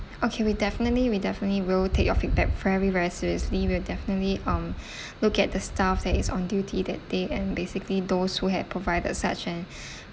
okay we definitely we definitely will take your feedback very very seriously we'll definitely um look at the staff that is on duty that day and basically those who had provided such an